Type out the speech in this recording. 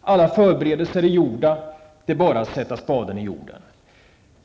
alla förberedelser är gjorda, det är bara att sätta spaden i jorden.